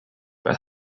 but